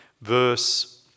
verse